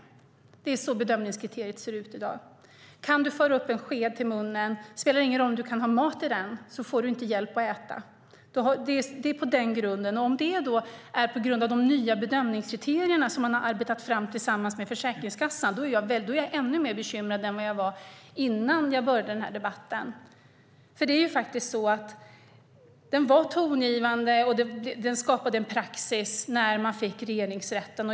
Det är så bedömningskriteriet ser ut i dag. Kan du föra upp en sked till munnen - det spelar ingen roll om du kan ha mat i den - får du inte hjälp att äta. Om detta är på grund av de nya bedömningskriterierna som har arbetats fram tillsammans med Försäkringskassan är jag ännu mer bekymrad än jag var innan vi började denna debatt. Det är faktiskt så att det var tongivande och skapade en praxis när vi fick domen från Regeringsrätten.